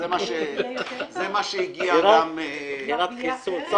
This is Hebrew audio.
זה מה שהגיע גם --- אווירת חיסול.